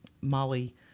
Molly